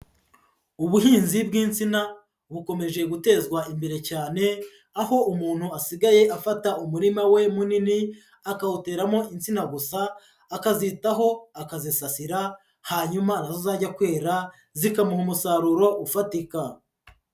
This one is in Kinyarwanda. Ubuhinzi bw'insina bukomeje gutezwa imbere cyane, aho umuntu asigaye afata umurima we munini akawuteramo insina gusa akazitaho akazisasira hanyuma na zo zajya kwera zikamuha umusaruro ufatika.